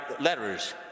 letters